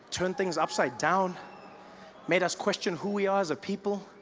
turned things upside down made us question who we are as a people